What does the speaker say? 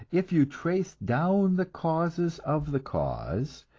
if you trace down the causes of the cause,